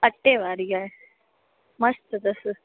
अटे वारी आहे मस्तु अथसि